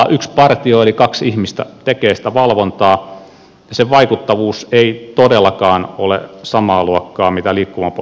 yksi partio eli kaksi ihmistä tekee sitä valvontaa ja sen vaikuttavuus ei todellakaan ole samaa luokkaa kuin liikkuvan poliisin liikennevalvonta